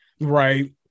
Right